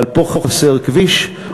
אבל פה חסר כביש,